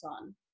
on